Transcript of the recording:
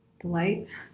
delight